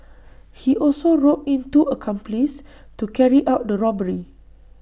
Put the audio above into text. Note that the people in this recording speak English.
he also roped in two accomplices to carry out the robbery